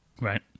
Right